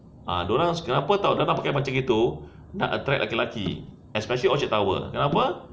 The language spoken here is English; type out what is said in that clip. ah dia orang s~ kenapa [tau] dia pakai macam gitu nak attract lelaki-lelaki especially orchard tower kenapa